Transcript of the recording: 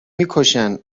میکشن